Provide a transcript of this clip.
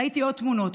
ראיתי עוד תמונות.